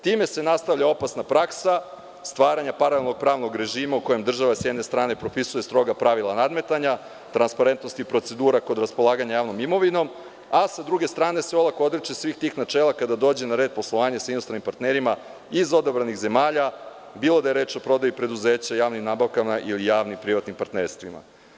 Time se nastavlja opasna praksa, stvaranja paralelnog pravnog režima u kojem država sa jedne strane propisuje stroga pravila nadmetanja, transparentnosti i procedura kod raspolaganja javnom imovinom, a sa druge strane se olako odriče svih tih načela kada dođe na red poslovanje sa inostranim partnerima iz odabranih zemalja, bilo da je reč o prodaji preduzeća, javnim nabavkama ili javnim, privatnim partnerstvima.